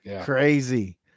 Crazy